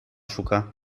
szuka